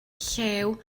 llew